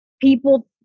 people